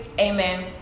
Amen